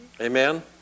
Amen